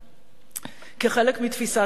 כחלק מתפיסת העולם שלו.